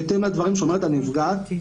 בהתאם לדברים שאומרת הנפגעת.